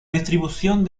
distribución